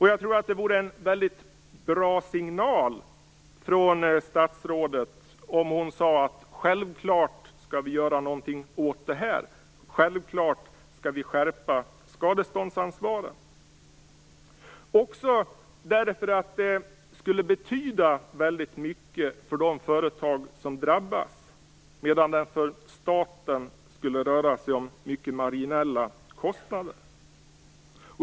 Jag tror att det vore en väldigt bra signal från statsrådet om hon sade att vi självklart skall göra någonting åt detta och att vi självklart skall skärpa skadeståndsansvaret. Det skulle betyda väldigt mycket för de företag som drabbas, medan det för staten skulle röra sig om mycket marginella kostnader.